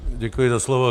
Děkuji za slovo.